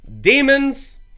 demons